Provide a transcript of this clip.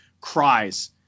cries